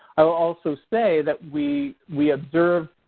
i will also say that we we observed